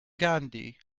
gandhi